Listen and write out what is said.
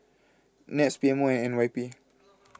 NETS P M O and N Y P